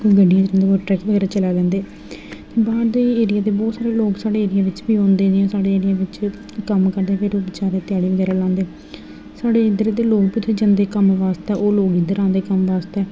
गड्डियां जिं'दे कोल ट्रक बगैरा चलाई लैंदे बाहर दे एरिया बहोत सारे लोग साढ़े एरिया बिच बी औंदे न साढ़े एरिया बिच कम्म करदे फिर ओह् बेचारे ध्याड़ी बगैरा लांदे न साढ़े इद्धर दे लोग होर कुदै जन्दे कम्म बास्तै ओह् लोग इद्धर आंदे कम्म बास्तै